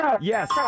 Yes